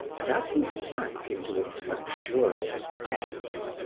and as he sank into its luxurious depths,